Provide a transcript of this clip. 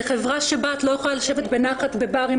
בחברה שבה את לא יכולה לשבת בנחת בבר עם